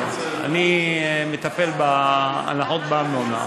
אני מטפל בהנחות מארנונה.